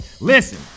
Listen